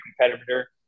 competitor